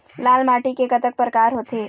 लाल माटी के कतक परकार होथे?